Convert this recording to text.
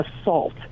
assault